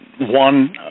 one